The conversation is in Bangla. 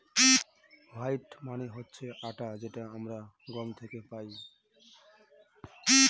হোইট মানে হচ্ছে আটা যেটা আমরা গম থেকে পাই